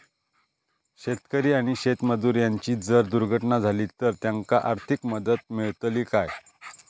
शेतकरी आणि शेतमजूर यांची जर दुर्घटना झाली तर त्यांका आर्थिक मदत मिळतली काय?